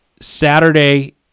Saturday